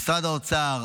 משרד האוצר,